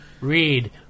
Read